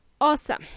Awesome